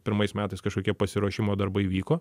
pirmais metais kažkokie pasiruošimo darbai vyko